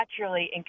naturally